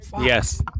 Yes